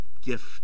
gift